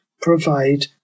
provide